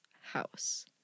house